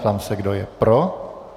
Ptám se, kdo je pro.